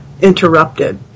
interrupted